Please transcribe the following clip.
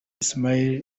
ismaila